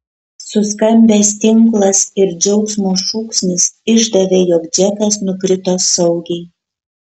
suskambęs tinklas ir džiaugsmo šūksnis išdavė jog džekas nukrito saugiai